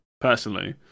personally